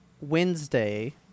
Wednesday